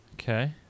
Okay